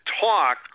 talk